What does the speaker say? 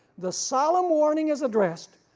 the solemn warning is addressed.